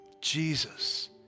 Jesus